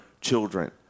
children